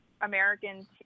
Americans